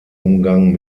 umgang